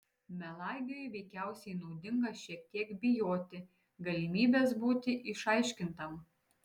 melagiui veikiausiai naudinga šiek tiek bijoti galimybės būti išaiškintam